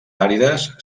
àrides